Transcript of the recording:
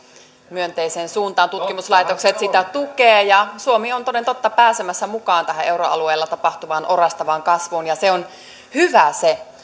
myönteiseen suuntaan tutkimuslaitokset sitä tukevat ja suomi on toden totta pääsemässä mukaan tähän euroalueella tapahtuvaan orastavaan kasvuun ja se on hyvä se